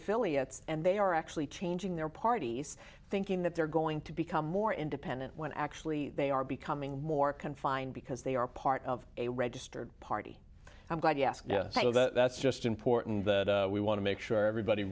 affiliates and they are actually changing their parties thinking that they're going to become more independent when actually they are becoming more confined because they are part of a registered party i'm glad you asked that's just important that we want to make sure everybody